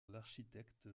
l’architecte